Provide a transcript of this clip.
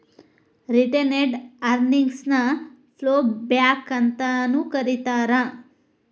retained earnings ನ plough back ಅಂತಾನೂ ಕರೇತಾರ